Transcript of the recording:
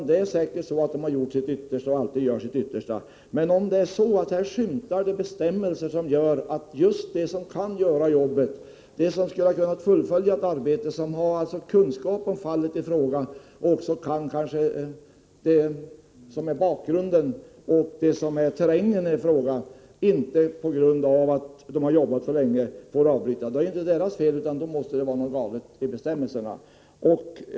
Det är säkert så att polisen alltid gör sitt yttersta, men om man skymtar bestämmelser som leder till att just de som kan göra jobbet, de som har kunskaper om fallet i fråga och kan fullfölja arbetet, de som även känner till bakgrunden och det som är ”terrängen” i frågan, på grund av att de har jobbat för länge måste avbryta arbetet, då är det inte deras fel, utan då är det något galet med bestämmelserna.